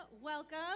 Welcome